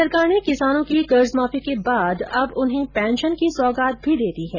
राज्य सरकार ने किसानों की कर्जमाफी के बाद अब उन्हें पेंशन की सौगात भी दे दी है